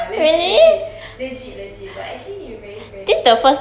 legit legit legit legit but actually you're very friendly